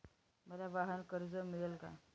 मला वाहनकर्ज मिळेल का?